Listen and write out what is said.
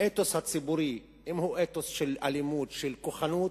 האתוס הציבורי, אם הוא אתוס של אלימות, של כוחנות,